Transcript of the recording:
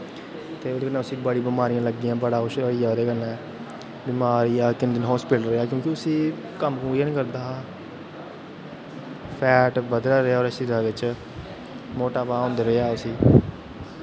ते ओह्दे कन्नै उस्सी बड़ियां बमारियां लग्गियां बड़ा कुछ होई गेआ ओह्दे कन्नै बमारियां कन्ने दिन हस्पिटल रेआ क्योंकि ओह् कम्म कुम्म बी निं करदा हा फैट बधे दा रेहा ओह्दे शरीरै बिच्च मोटापा होंदा रेहा उस्सी